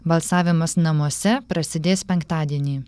balsavimas namuose prasidės penktadienį